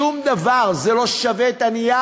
שום דבר, זה לא שווה את הנייר